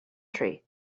tree